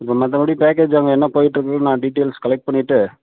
இப்போ மற்றபடி பேக்கேஜ் அங்கே என்ன போயிட்டுருக்குன்னு நான் டீட்டெயில்ஸ் கலெக்ட் பண்ணிவிட்டு